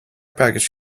package